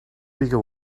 bigger